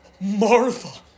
Martha